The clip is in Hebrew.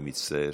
אני מצטער